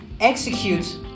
execute